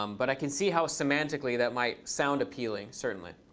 um but i can see how semantically that might sound appealing certainly.